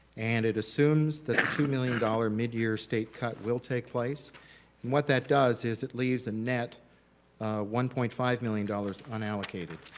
and it assumes that two million dollar midyear state cut will take place and what that does is it leaves a net one point five million dollars unallocated,